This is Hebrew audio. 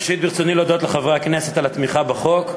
ראשית, ברצוני להודות לחברי הכנסת על התמיכה בחוק.